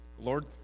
Lord